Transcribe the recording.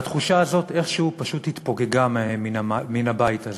והתחושה הזאת איכשהו פשוט התפוגגה מן הבית הזה.